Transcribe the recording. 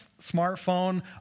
smartphone